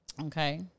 Okay